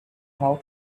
how